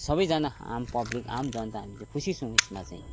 सबैजना आम पब्लिक आम जनता हामी चाहिँ खुसी छौँ यसमा चाहिँ